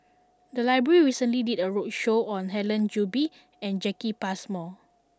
the library recently did a roadshow on Helen Gilbey and Jacki Passmore